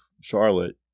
Charlotte